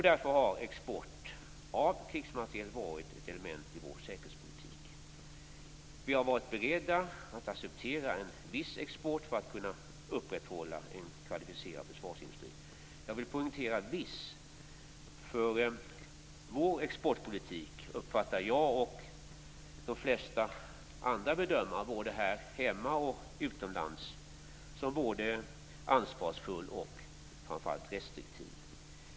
Därför har export av krigsmateriel varit ett element i vår säkerhetspolitik. Vi har varit beredda att acceptera en viss export för att kunna upprätthålla en kvalificerad försvarsindustri. Jag vill poängtera viss, för vår exportpolitik uppfattar jag och de flesta andra bedömare både här hemma och utomlands som både ansvarsfull och framför allt restriktiv.